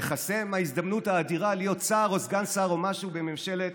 תיחסם ההזדמנות האדירה להיות שר או סגן שר או משהו בממשלת